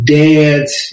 dance